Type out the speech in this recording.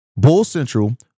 BULLCENTRAL